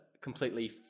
completely